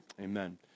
Amen